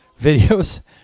videos